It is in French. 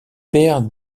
père